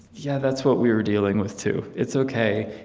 yeah, that's what we were dealing with, too. it's ok.